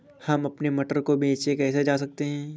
हम अपने मटर को बेचने कैसे जा सकते हैं?